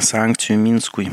sankcijų minskui